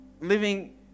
living